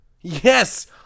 Yes